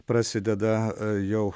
prasideda jau